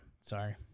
Sorry